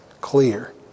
clear